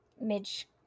Midge